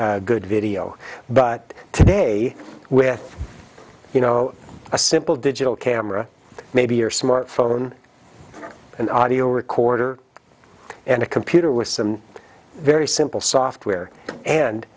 good video but today with you know a simple digital camera maybe your smart phone and audio recorder and a computer with some very simple software and